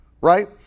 right